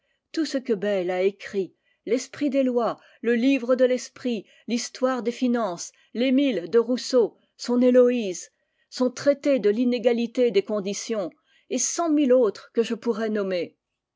tout ce que bayle a écrit l'esprit des lois le livre de l'esprit l'histoire des finances l'émile de rousseau son héloïse son traité de l'inégalité des conditions et cent mille autres que je pourrais nommer